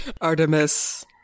Artemis